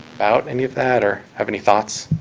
about any of that, or have any thoughts.